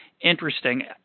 interesting